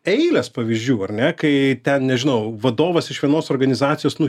eilės pavyzdžių ar ne kai ten nežinau vadovas iš vienos organizacijos nu